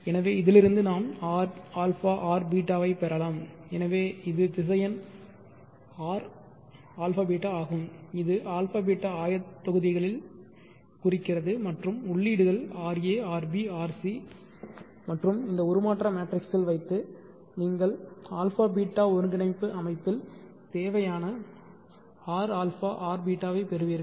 எனவே இதிலிருந்து நாம் rα rβ ஐப் பெறலாம் எனவே இது திசையன் Rαβ ஆகும் இது α β ஆயத்தொகுதிகளில் குறிக்கிறது மற்றும் உள்ளீடுகள் ra rb rc மற்றும் இந்த உருமாற்ற மேட்ரிக்ஸ் வைத்து நீங்கள் α β ஒருங்கிணைப்பு அமைப்பில் தேவையான rα rβ வை பெறுவீர்கள்